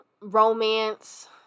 romance